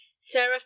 Sarah